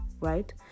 right